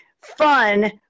fun